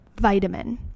vitamin